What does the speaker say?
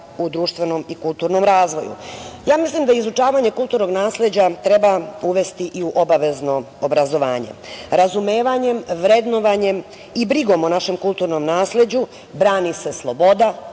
u društvenom i kulturnom razvoju. Mislim da izučavanje kulturnog nasleđa treba uvesti i u obavezno obrazovanje. Razumevanjem, vrednovanjem i brigom o našem kulturnom nasleđu brani se sloboda,